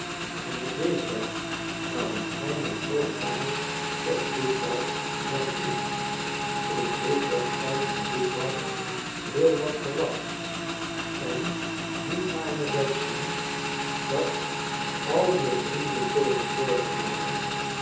en ik weet wel waarom gij mij zoo gaarne op dit bal zoudt zien ik weet dat gij van dit bal heel wat verwacht en nu gaarne zoudt zien dat al je vrienden tegenwoordig waren